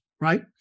right